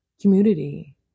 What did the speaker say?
community